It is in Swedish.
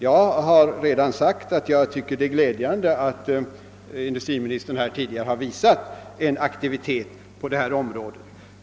Jag har redan sagt att jag finner det glädjande att industriministern tidigare visat en aktivitet på detta område.